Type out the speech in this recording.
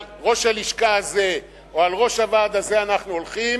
על ראש הלשכה הזה או על ראש הוועד הזה אנחנו הולכים,